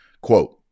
Quote